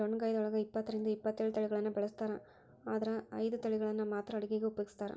ಡೊಣ್ಣಗಾಯಿದೊಳಗ ಇಪ್ಪತ್ತರಿಂದ ಇಪ್ಪತ್ತೇಳು ತಳಿಗಳನ್ನ ಬೆಳಿಸ್ತಾರ ಆದರ ಐದು ತಳಿಗಳನ್ನ ಮಾತ್ರ ಅಡುಗಿಗ ಉಪಯೋಗಿಸ್ತ್ರಾರ